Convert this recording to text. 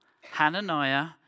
Hananiah